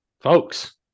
folks